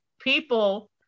people